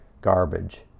garbage